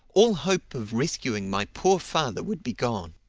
all hope of rescuing my poor father would be gone.